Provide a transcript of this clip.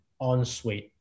ensuite